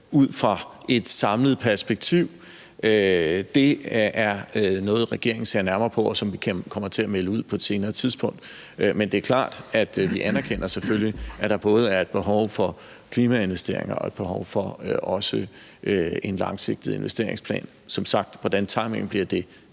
ud fra et samlet perspektiv, er noget, regeringen ser nærmere på, og som vi kommer til at melde ud på et senere tidspunkt. Men det er klart, at vi selvfølgelig anerkender, at der både er et behov for klimainvesteringer og også et behov for en langsigtet investeringsplan. Hvordan timingen bliver,